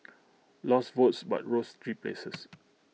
lost votes but rose three places